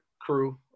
crew